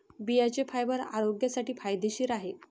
बियांचे फायबर आरोग्यासाठी फायदेशीर आहे